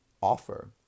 offer